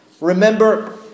Remember